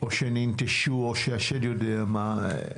או שננטשו, או שהשד יודע מה.